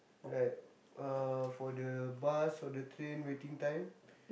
like uh for the bus for the train waiting time